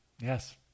Yes